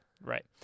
Right